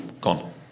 gone